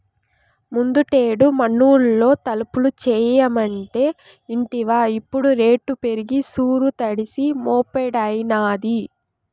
ముందుటేడు మనూళ్లో తలుపులు చేయమంటే ఇంటివా ఇప్పుడు రేటు పెరిగి సూరు తడిసి మోపెడైనాది